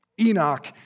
Enoch